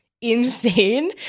insane